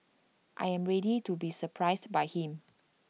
I am ready to be surprised by him